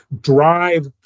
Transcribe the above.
drive